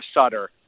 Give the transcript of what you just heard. sutter